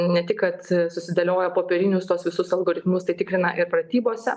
ne tik kad susidėlioja popierinius tuos visus algoritmus tai tikrina ir pratybose